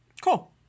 Cool